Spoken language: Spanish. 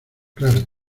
claro